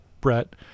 Brett